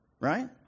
right